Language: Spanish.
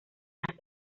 las